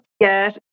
Yes